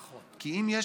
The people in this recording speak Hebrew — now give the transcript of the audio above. נכון.